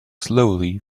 slowly